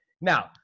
Now